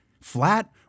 flat